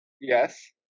Yes